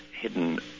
hidden